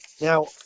now